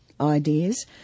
ideas